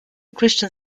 christian